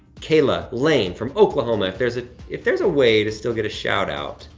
kayla lane from oklahoma, if there's ah if there's a way to still get a shout-out.